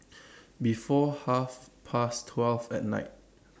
before Half Past twelve At Night